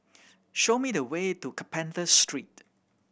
show me the way to Carpenter Street